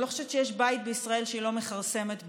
אני לא חושבת שיש בית בישראל שהיא לא מכרסמת בו.